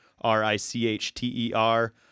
R-I-C-H-T-E-R